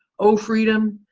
oh, freedom,